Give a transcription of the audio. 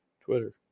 Twitter